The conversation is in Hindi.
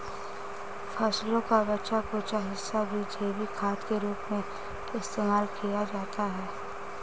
फसलों का बचा कूचा हिस्सा भी जैविक खाद के रूप में इस्तेमाल किया जाता है